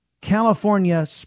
California